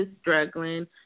struggling